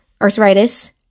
arthritis